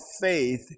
faith